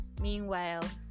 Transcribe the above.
Meanwhile